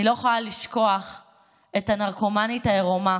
אני לא יכולה לשכוח את הנרקומנית העירומה